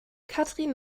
katrin